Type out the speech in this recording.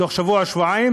תוך שבוע-שבועיים